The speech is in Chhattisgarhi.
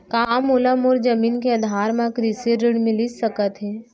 का मोला मोर जमीन के आधार म कृषि ऋण मिलिस सकत हे?